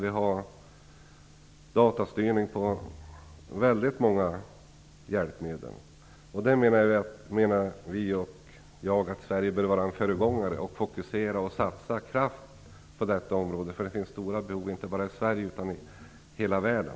Det finns datorstyrning för väldigt många hjälpmedel. Vi menar att Sverige bör vara en föregångare och fokusera och satsa kraft på detta område. Det finns stora behov inte bara i Sverige, utan i hela världen.